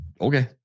Okay